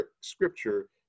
scripture